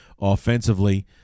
offensively